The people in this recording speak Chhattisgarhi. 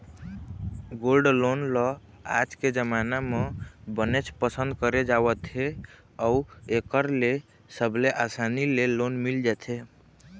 गोल्ड लोन ल आज के जमाना म बनेच पसंद करे जावत हे अउ एखर ले सबले असानी ले लोन मिल जाथे